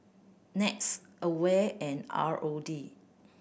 NETS AWARE and R O D